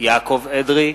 יעקב אדרי,